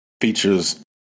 features